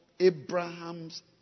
Abraham's